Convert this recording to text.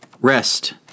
Rest